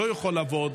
לא יכולה לעבוד.